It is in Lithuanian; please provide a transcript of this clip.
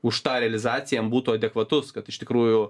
už tą realizaciją jam būtų adekvatus kad iš tikrųjų